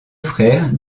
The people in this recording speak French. frère